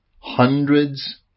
Hundreds